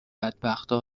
بدبختا